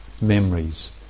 Memories